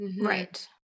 Right